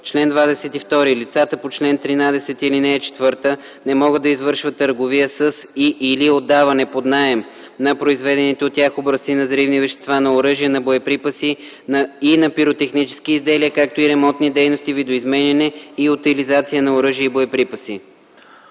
„Чл. 22. Лицата по чл. 13, ал. 4 не могат да извършват търговия със и/или отдаване под наем на произведените от тях образци на взривни вещества, на оръжия, на боеприпаси и на пиротехнически изделия, както и ремонтни дейности, видоизменяне и утилизация на оръжия и боеприпаси.”